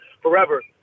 forever